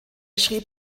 schrieb